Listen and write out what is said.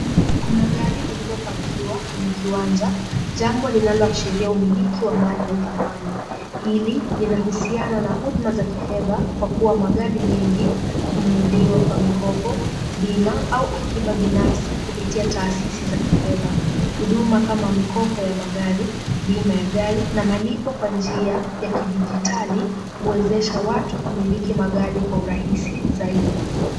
Kuna gari lililopakiwa kwenye uwanja, jambo linaloashiria umiliki wa mali ya thamani. Hili linahusiana na huduma ya kifedha kwa kuwa magari mengi hununuliwa kwa mikopo, bima au akiba binafsi kupitia taasisi za kifedha. Huduma kama mkopo ya magari, bima ya gari na malipo kwa njia ya kidijitali huwezesha watu kumiliki magari kwa urahisi zaidi.